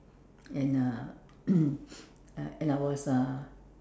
and uh and I was uh